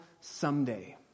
someday